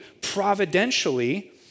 providentially